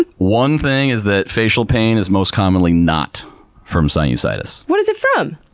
one thing is that facial pain is most commonly not from sinusitis. what is it from?